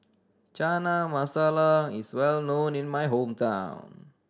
Chana Masala is well known in my hometown